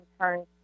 turn